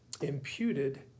imputed